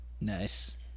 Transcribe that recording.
Nice